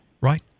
Right